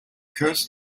curse